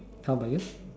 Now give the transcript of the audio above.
how about you